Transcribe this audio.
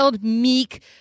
meek